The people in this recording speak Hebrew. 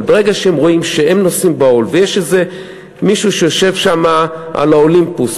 אבל ברגע שהם רואים שהם נושאים בעול ויש מישהו שיושב שם על האולימפוס,